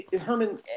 Herman